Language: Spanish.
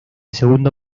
segundo